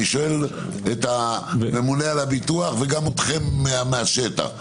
אני שואל את הממונה על הביטוח וגם אתכם מהשטח.